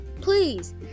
Please